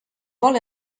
vol